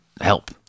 help